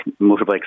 motorbikes